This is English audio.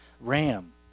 Ram